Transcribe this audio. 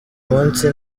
munsi